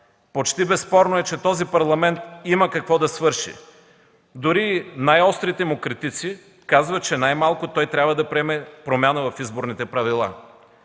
Почти безспорно е, че този Парламент има какво да свърши. Дори най-острите му критици казват, че най-малко той трябва да приеме промяна в изборните правила.